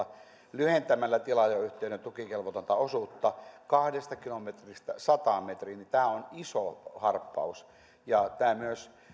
lyhentämällä tilaajayhteyden tukikelvotonta osuutta kahdesta kilometristä sataan metriin on iso harppaus tämä myös